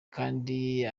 kandi